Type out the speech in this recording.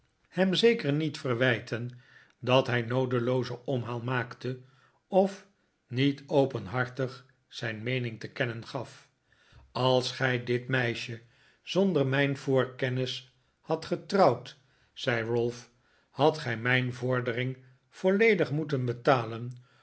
hem zeker niet verwijien dat hij noodeloozen omhaal maakte of niet openhartig zijn meening te kennen gaf als gij dit meisje zonder mijn voorkennis hadt getrouwd zei ralph hadt gij mijn vordering volledig moeten betalen